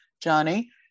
Johnny